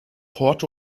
port